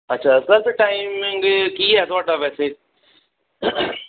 ਅੱਛਾ ਸਰ ਫਿਰ ਟਾਈਮਿੰਗ ਕੀ ਆ ਤੁਹਾਡਾ ਵੈਸੇ